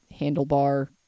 handlebar